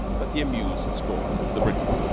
but the amused scorn of the briton.